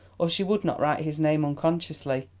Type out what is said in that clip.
or she would not write his name unconsciously.